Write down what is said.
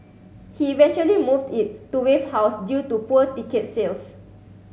he eventually moved it to Wave House due to poor ticket sales